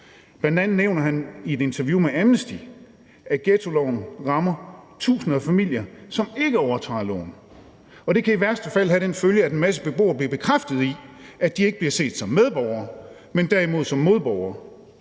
Bl.a. nævner han i et interview med Amnesty International, at ghettoloven rammer tusinder af familier, som ikke overtræder loven, og det kan i værste fald have den følge, at en masse beboere bliver bekræftet i, at de ikke bliver set som medborgere, men derimod som modborgere.